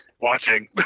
watching